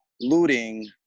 looting